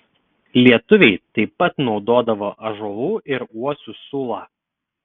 lietuviai taip pat naudodavo ąžuolų ir uosių sulą